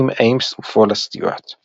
וכן ב"אקדמיה למוזיקה